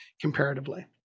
comparatively